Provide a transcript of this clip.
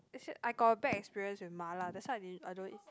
is it I got a bad experience with mala that's why I didn't I don't eat